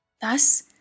Thus